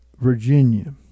Virginia